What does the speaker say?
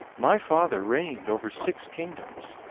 my father reigned over six kingdoms.